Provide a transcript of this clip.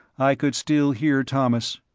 i could still hear thomas.